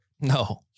no